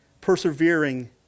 persevering